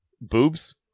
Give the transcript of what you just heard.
Boobs